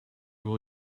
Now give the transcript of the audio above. will